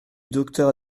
docteur